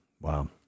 Wow